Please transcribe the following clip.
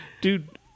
Dude